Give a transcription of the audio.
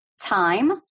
time